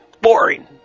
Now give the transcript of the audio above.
Boring